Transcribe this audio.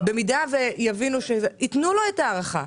במידה ותתקבל הבקשה שלו יתנו לו הארכה.